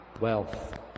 wealth